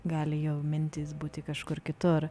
gali jau mintys būti kažkur kitur